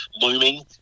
looming